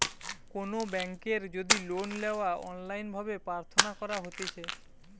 কোনো বেংকের যদি লোন লেওয়া অনলাইন ভাবে প্রার্থনা করা হতিছে